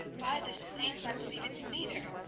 by the saints, i believe it's neither!